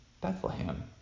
Bethlehem